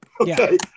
Okay